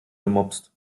gemopst